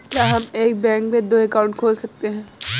क्या हम एक बैंक में दो अकाउंट खोल सकते हैं?